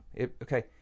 Okay